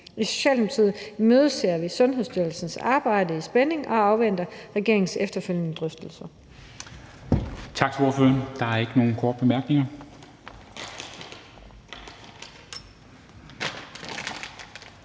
I Socialdemokratiet imødeser vi Sundhedsstyrelsens arbejde med spænding og afventer regeringens efterfølgende drøftelser.